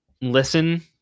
listen